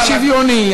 באופן שוויוני,